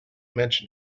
mention